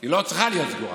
היא לא צריכה להיות סגורה,